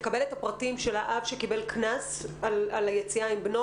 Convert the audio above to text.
לקבל את הפרטים של האב שקיבל קנס על היציאה עם בנו.